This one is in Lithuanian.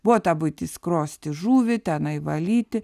buvo ta buitis skrosti žuvį tenai valyti